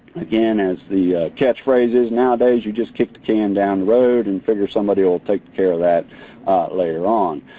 again, as the catch phrase is nowadays, you just kick the can down the road and figure somebody will take care of that later on.